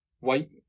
wait